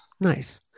Nice